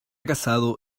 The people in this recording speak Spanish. casado